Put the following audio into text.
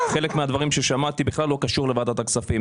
חלק מהדברים ששמעתי בכלל לא קשורים לוועדת הכספים,